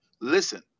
Listen